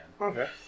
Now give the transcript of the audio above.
Okay